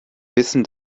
wissen